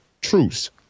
truce